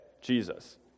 Jesus